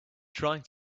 trying